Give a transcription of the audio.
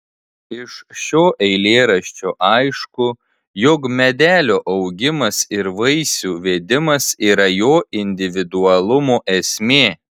iš šio eilėraščio aišku jog medelio augimas ir vaisių vedimas yra jo individualumo esmė